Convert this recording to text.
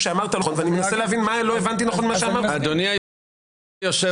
אדוני היושב-ראש,